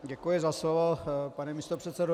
Děkuji za slovo, pane místopředsedo.